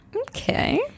Okay